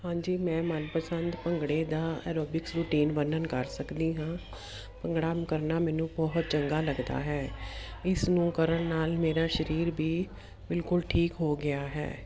ਹਾਂਜੀ ਮੈਂ ਮਨ ਪਸੰਦ ਭੰਗੜੇ ਦਾ ਆਰੋਬਿਕਸ ਰੂਟੀਨ ਵਰਨਣ ਕਰ ਸਕਦੀ ਹਾਂ ਭੰਗੜਾ ਕਰਨਾ ਮੈਨੂੰ ਬਹੁਤ ਚੰਗਾ ਲੱਗਦਾ ਹੈ ਇਸ ਨੂੰ ਕਰਨ ਨਾਲ ਮੇਰਾ ਸਰੀਰ ਵੀ ਬਿਲਕੁਲ ਠੀਕ ਹੋ ਗਿਆ ਹੈ